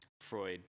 Freud